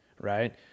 right